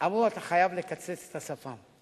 אמרו: אתה חייב לקצץ את השפם.